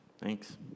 Thanks